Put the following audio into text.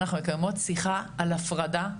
אנחנו מקיימות שיחה על הפרדה.